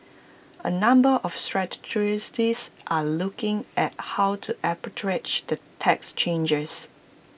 A number of strategists are looking at how to arbitrage the tax changes